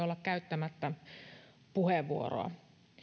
olla käyttämättä puheenvuoroa